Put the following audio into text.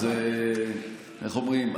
איך אומרים,